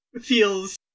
feels